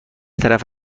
طرف